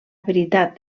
varietat